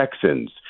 Texans